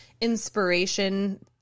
inspiration